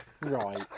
Right